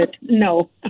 No